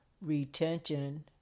retention